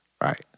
Right